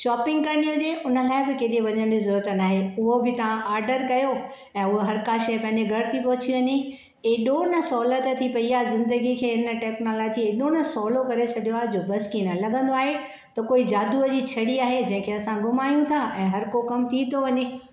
shopping करणी हुजे हुन लाइ बि केॾे वञण जी ज़रूरत न आहे उहा बि तव्हां ऑर्डरु कयो ऐं उहा हर का शइ पंहिंजे घरु थी पहुची वञे ऐॾो न सहूलत थी पई आहे ज़िंदगी खे हिन टैक्नोलोजीअ ऐॾो न सहूलो करे छॾियो आहे जो बस की न लॻंदो आहे त कोई जादूअ जी छड़ी आहे जंहिं खे असां घूमायूं था ऐं हर को कमु थी थो वञे